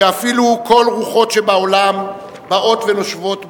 שאפילו כל רוחות שבעולם באות ונושבות בו,